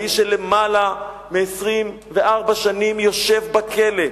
האיש שלמעלה מ-24 שנים יושב בכלא.